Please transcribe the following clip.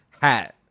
hat